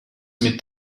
mit